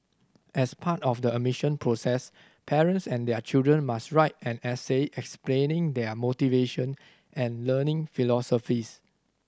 as part of the admission process parents and their children must write an essay explaining their motivation and learning philosophies